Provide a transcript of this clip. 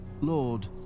Lord